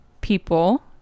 people